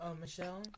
Michelle